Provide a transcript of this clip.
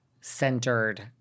centered